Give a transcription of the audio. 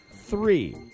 three